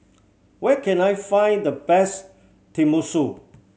where can I find the best Tenmusu